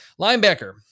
Linebacker